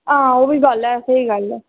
आं ओह्बी गल्ल ऐ स्हेई गल्ल ऐ